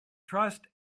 trust